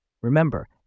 Remember